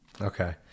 okay